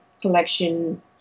collection